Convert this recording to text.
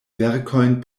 verkojn